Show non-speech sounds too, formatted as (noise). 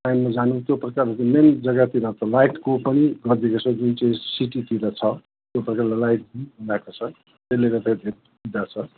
टाइममा जानु त्यो प्रकार मेन जग्गातिर त लाइटको पनि गरिदिएको (unintelligible) सिटीतिर छ त्यो प्रकारले लाइट मिलाएको छ त्यसले गर्दाखेरि